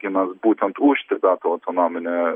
gimęs būtent už tibeto autonominio